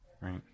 right